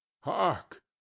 Hark